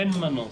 אין מנוס,